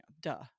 duh